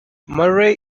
murray